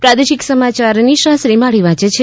પ્રાદેશિક સમાચાર નિશા શ્રીમાળી વાંચ છે